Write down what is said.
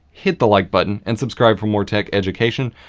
hit the like button and subscribe for more tech education.